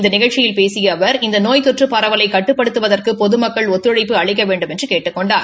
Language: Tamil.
இந்த நிகழ்ச்சியில் பேசிய அவர் இந்த நோய் தொற்று பரவலை கட்டுப்படுத்துவதற்கு பொதுமக்கள் ஒத்துழைப்பு அளிக்க வேண்டுமென்று கேட்டுக் கொண்டார்